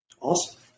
Awesome